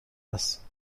است